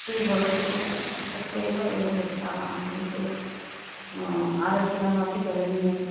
free भवति चेत् तत्रैव वयं गच्छामः किन्तु आरक्षणमपि करणीयम्